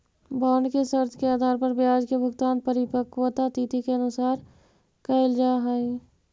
bond के शर्त के आधार पर ब्याज के भुगतान परिपक्वता तिथि के अनुसार कैल जा हइ